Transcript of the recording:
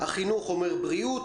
החינוך אומר בריאות,